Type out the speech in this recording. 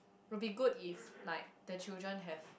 would be good if like the children have